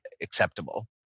acceptable